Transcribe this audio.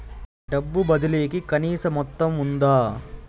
డబ్బు బదిలీ కి కనీస మొత్తం ఉందా?